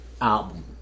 album